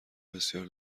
بسیار